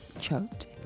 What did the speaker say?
choked